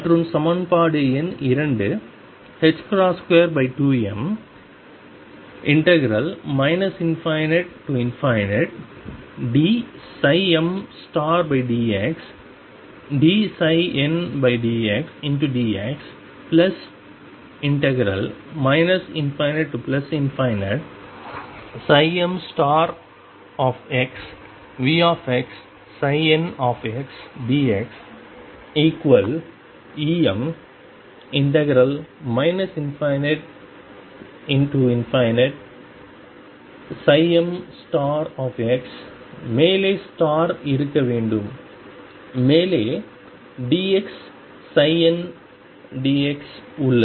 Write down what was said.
மற்றும் சமன்பாடு எண் 2 22m ∞dmdxdndxdx ∞mVxndxEm ∞mx மேலே ஸ்டார் இருக்க வேண்டும் மேலும் d x ndx உள்ளது